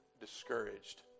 discouraged